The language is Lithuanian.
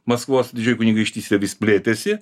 maskvos kunigaikštystė vis plėtėsi